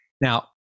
Now